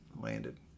landed